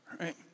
right